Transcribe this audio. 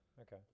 okay